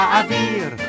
avir